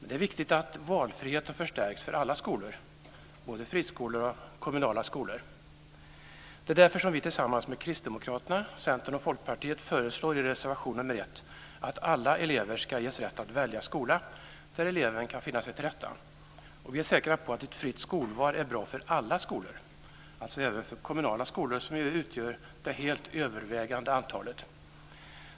Det är viktigt att valfriheten förstärks för alla skolor, både friskolor och kommunala skolor. Det är därför som vi tillsammans med Kristdemokraterna, Centern och Folkpartiet i reservation 1 föreslår att alla elever ska ges rätt att välja skola där eleven kan finna sig till rätta. Vi är säkra på att ett fritt skolval är bra för alla skolor, alltså även för kommunala skolor som utgör det helt övervägande antalet.